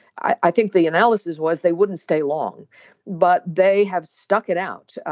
i think the analysis was they wouldn't stay long but they have stuck it out.